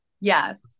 Yes